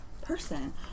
person